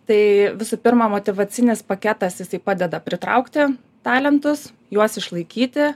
tai visų pirma motyvacinis paketas jisai padeda pritraukti talentus juos išlaikyti